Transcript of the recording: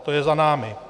To je za námi.